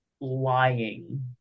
lying